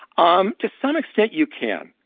um to some extent, you can.